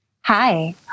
Hi